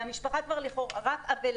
והמשפחה רק אבלה,